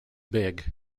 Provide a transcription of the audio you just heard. big